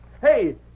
Hey